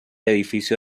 edificio